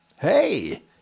Hey